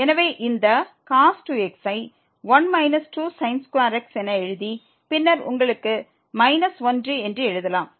எனவே இந்த cos 2x ஐ 1 2x என எழுதி பின்னர் உங்களுக்கு மைனஸ் 1 என்று எழுதலாம்